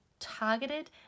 targeted